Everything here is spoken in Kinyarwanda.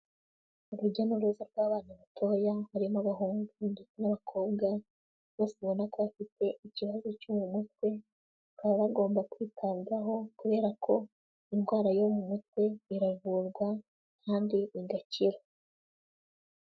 Urujya n'uruza rw'abana batoya, harimo abahungu ndetse n'abakobwa, bose ubona ko bafite ikibazo cyo mu mutwe, bakaba bagomba kwitabwaho kubera ko indwara yo mu mutwe iravurwa kandi igakira.